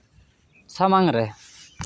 ᱥᱟᱢᱟᱝ ᱨᱮ